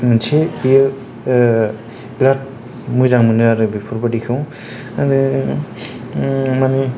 मोनसे बियो बेराद मोजां मोनो आरो बेफोरबादिखौ आरो मानि